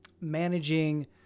managing